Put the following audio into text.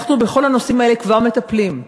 בכל הנושאים האלה אנחנו כבר מטפלים.